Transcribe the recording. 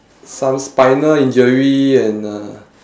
some spinal injury and uh